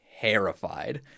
terrified